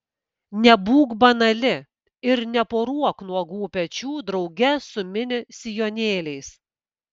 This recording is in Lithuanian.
nebūk banali ir neporuok nuogų pečių drauge su mini sijonėliais